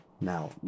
now